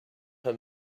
her